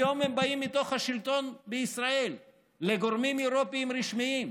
היום הם באים מתוך השלטון בישראל לגורמים אירופיים רשמיים.